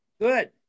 Good